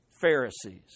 Pharisees